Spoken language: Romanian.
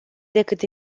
decât